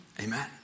Amen